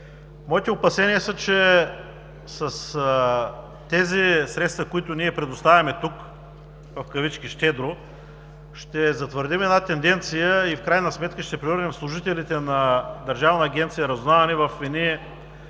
Моите опасения са, че с тези средства, които ние предоставяме тук „щедро“, ще затвърдим една тенденция и в крайна сметка ще превърнем служителите на Държавна агенция „Разузнаване“